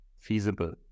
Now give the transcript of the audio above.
feasible